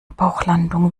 bauchlandung